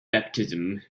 baptism